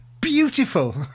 beautiful